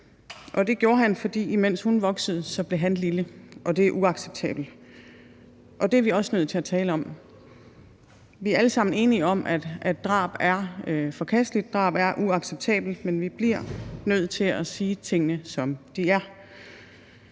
Og det gjorde han, fordi han, imens hun voksede, blev lille, og det er uacceptabelt. Det er vi også nødt til at tale om. Vi er alle sammen enige om, at drab er forkasteligt, at drab er uacceptabelt, men vi bliver nødt til at sige tingene, som de er.